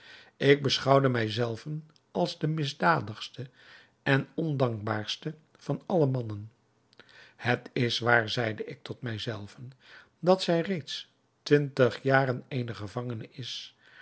ik beschouwde mij zelven als de misdadigste en ondankbaarste van alle mannen het is waar zeide ik tot mij zelven dat zij reeds twintig jaren eene gevangene is